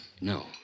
No